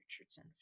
Richardson